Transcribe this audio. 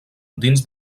dins